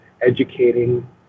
educating